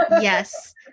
Yes